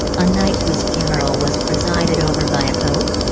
a knight whose funeral was presided over by a pope?